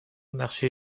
نقشه